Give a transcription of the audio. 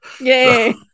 Yay